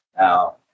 Now